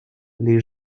les